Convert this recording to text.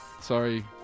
Sorry